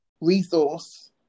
resource